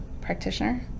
practitioner